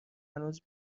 هنوز